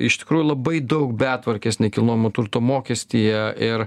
iš tikrųjų labai daug betvarkės nekilnojamo turto mokestyje ir